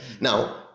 Now